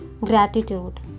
Gratitude